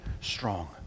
strong